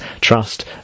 Trust